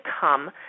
come